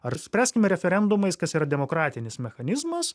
ar spręstume referendumais kas yra demokratinis mechanizmas